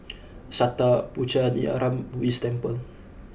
Sattha Puchaniyaram Buddhist Temple